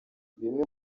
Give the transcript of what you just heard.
bimwe